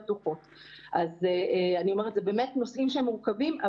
זה באמת נושאים שהם מורכבים.